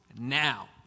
Now